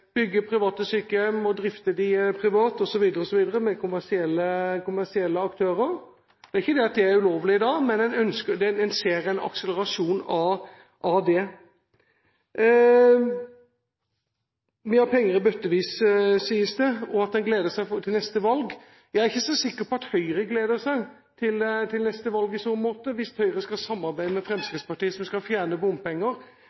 private sykehjem, drifte de privat osv., med kommersielle aktører. Det er ikke det at det er ulovlig i dag, men en ser en akselerasjon av det. Vi har penger i bøttevis, sies det, og en gleder seg til neste valg. Jeg er ikke så sikker på at Høyre gleder seg til neste valg i så måte, hvis Høyre skal samarbeide med